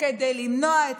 כדי למנוע את